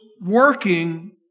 working